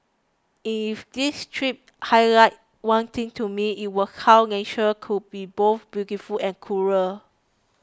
if this trip highlighted one thing to me it was how nature could be both beautiful and cruel